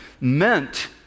meant